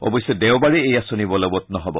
অৱশ্যে দেওবাৰে এই আঁচনি বলৱৎ নহ'ব